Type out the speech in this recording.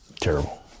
terrible